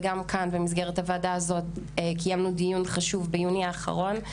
וגם כאן במסגרת הוועדה הזאת קיימנו דיון חשוב ביוני האחרון.